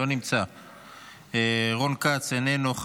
איננו,